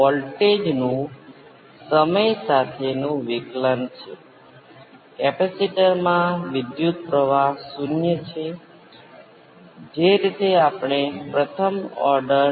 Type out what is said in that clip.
તેથી જો હું આનો ઉપયોગ અહીં કરું છું તો મારી પાસે 1 બાય 1 j ω C R છે આનું એમ્પ્લિટ્યુડ શું છે કે જે એમ્પ્લિટ્યુડ છે અને argument - tan inverse ω C R છે